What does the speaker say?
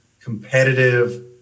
competitive